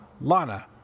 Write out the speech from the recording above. Lana